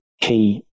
key